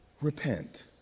Repent